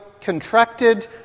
contracted